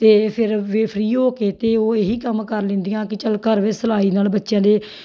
ਅਤੇ ਫਿਰ ਵੇ ਫ੍ਰੀ ਹੋ ਕੇ ਅਤੇ ਉਹ ਇਹੀ ਕੰਮ ਕਰ ਲੈਂਦੀਆਂ ਕਿ ਚਲ ਘਰ ਵਿੱਚ ਸਿਲਾਈ ਨਾਲ ਬੱਚਿਆਂ ਦੇ